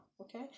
Okay